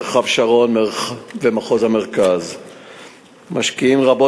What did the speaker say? מרחב שרון ומחוז המרכז משקיעים רבות